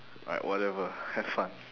alright whatever have fun